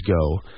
go